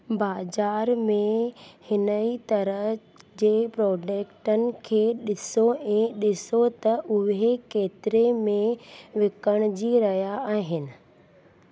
बाज़ारि में हिन ई तरह जे प्रोडक्टनि खे डि॒सो ऐं डि॒सो त उहे केतिरे में विकणजी रहिया आहिनि